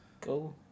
go